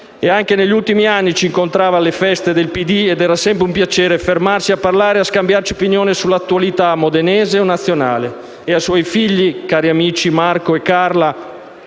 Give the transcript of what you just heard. Anche negli ultimi anni, ci si incontrava alla feste del Partito Democratico ed era sempre un piacere fermarsi a parlare e a scambiarci le opinioni sull'attualità modenese o nazionale. Ai suoi figli e cari amici Marco e Carla,